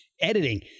editing